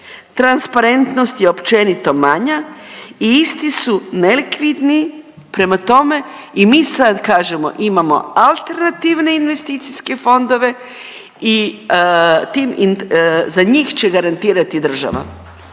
transparentnost je općenito manja i isti su nelikvidni prema tome i mi sad kažemo imamo alternativne investicijske fondove i tim, za njih će garantirati država.